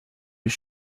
ich